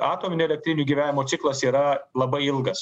atominių elektrinių gyvenimo ciklas yra labai ilgas